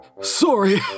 Sorry